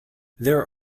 there